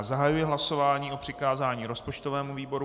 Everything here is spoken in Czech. Zahajuji hlasování o přikázání rozpočtovému výboru.